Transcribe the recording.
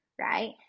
right